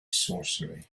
sorcery